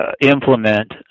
implement